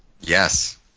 Yes